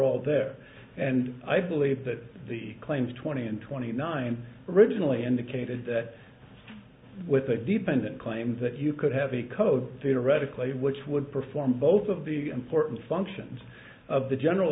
all there and i believe that the claims twenty and twenty nine originally indicated that with a dependent claim that you could have a code theoretically which would perform both of the important functions of the general